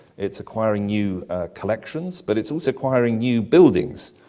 it's acquiring new collections, but it's also acquiring new buildings.